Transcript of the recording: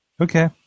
Okay